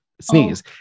sneeze